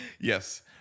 Yes